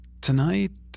tonight